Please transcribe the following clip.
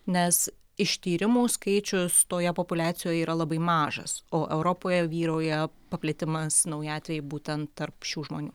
nes ištyrimų skaičius toje populiacijoje yra labai mažas o europoje vyrauja paplitimas nauji atvejai būtent tarp šių žmonių